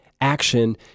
action